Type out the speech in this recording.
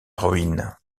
ruine